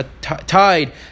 tied